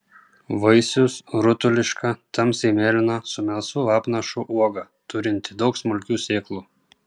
vaisius rutuliška tamsiai mėlyna su melsvu apnašu uoga turinti daug smulkių sėklų